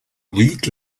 week